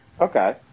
Okay